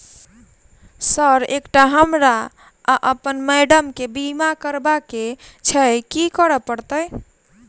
Sir एकटा हमरा आ अप्पन माइडम केँ बीमा करबाक केँ छैय की करऽ परतै?